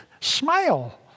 smile